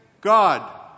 God